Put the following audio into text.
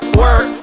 work